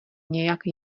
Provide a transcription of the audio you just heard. nějak